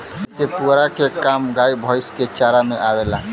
जेसे पुआरा के काम गाय भैईस के चारा में आवेला